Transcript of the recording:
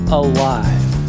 alive